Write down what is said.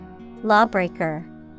Lawbreaker